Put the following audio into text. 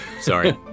Sorry